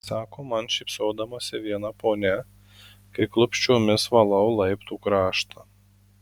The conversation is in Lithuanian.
sako man šypsodamasi viena ponia kai klupsčiomis valau laiptų kraštą